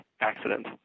accident